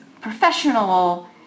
professional